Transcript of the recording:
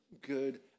good